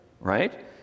right